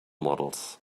models